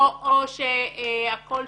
-- או שהכל שחור.